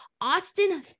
Austin